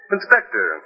Inspector